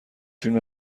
فیلم